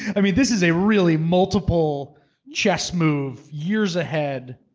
and this is a really multiple chess move, years ahead.